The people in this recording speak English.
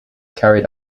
carried